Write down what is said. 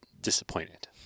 disappointed